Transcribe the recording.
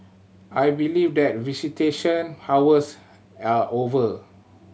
I believe that visitation hours are over